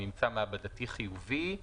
נמצא במעבדה חיובי,